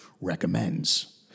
recommends